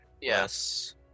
Yes